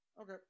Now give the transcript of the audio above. Okay